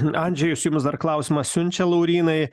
andžėjus jums dar klausimą siunčia laurynai